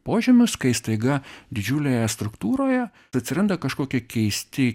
požymius kai staiga didžiulėje struktūroje atsiranda kažkokie keisti